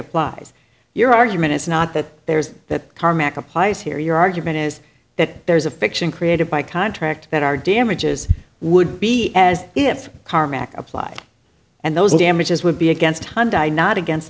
applies your argument is not that there's that tarmac applies here your argument is that there's a fiction created by contract that are damages would be as if the tarmac applied and those damages would be against hyundai not against